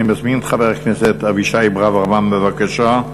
אני מזמין את חבר הכנסת אבישי ברוורמן, בבקשה.